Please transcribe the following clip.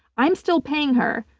i'm still paying her.